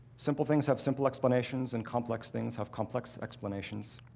simple things have simple explanations and complex things have complex explanations.